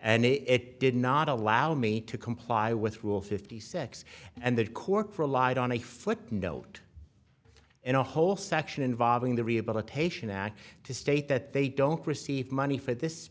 and it did not allow me to comply with rule fifty six and that cork relied on a footnote in a whole section involving the rehabilitation act to state that they don't receive money for this